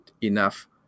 enough